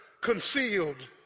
concealed